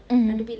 mm